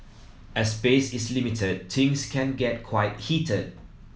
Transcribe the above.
as space is limited things can get quite heated